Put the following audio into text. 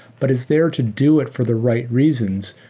but it's there to do it for the right reasons,